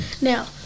Now